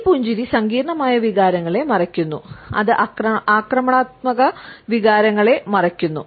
ഈ പുഞ്ചിരി സങ്കീർണ്ണമായ വികാരങ്ങളെ മറയ്ക്കുന്നു അത് ആക്രമണാത്മക വികാരങ്ങളെ മറയ്ക്കുന്നു